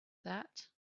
that